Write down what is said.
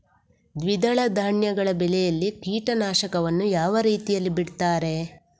ದ್ವಿದಳ ಧಾನ್ಯಗಳ ಬೆಳೆಯಲ್ಲಿ ಕೀಟನಾಶಕವನ್ನು ಯಾವ ರೀತಿಯಲ್ಲಿ ಬಿಡ್ತಾರೆ?